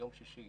ביום שישי